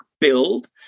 build